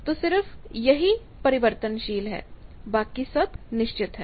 तो सिर्फ यही परिवर्तनशील है बाकी सब निश्चित है